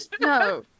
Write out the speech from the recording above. No